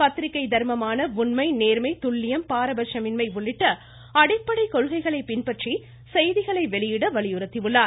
பத்திரிக்கை தா்மமான உண்மை நோ்மை துல்லியம் பாரபட்சமின்மை உள்ளிட்ட அடிப்படை கொள்கைளை பின்பற்றி செய்திகளை வெளியிட வலியுறுத்தியுள்ளார்